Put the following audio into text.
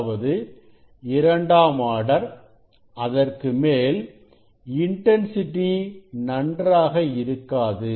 அதாவது இரண்டாம் ஆர்டர் அதற்குமேல் இன்டன்சிட்டி நன்றாக இருக்காது